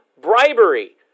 bribery